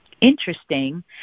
interesting